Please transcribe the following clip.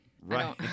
Right